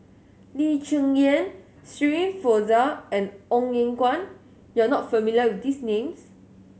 Lee Cheng Yan Shirin Fozdar and Ong Eng Guan you are not familiar with these names